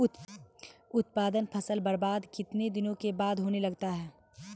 उत्पादन फसल बबार्द कितने दिनों के बाद होने लगता हैं?